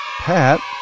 pat